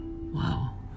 Wow